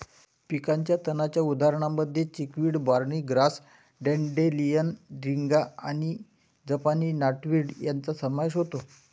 पिकाच्या तणांच्या उदाहरणांमध्ये chickweed, barnyard grass, dandelion, striga आणि जपानी नॉटवीड यांचा समावेश होतो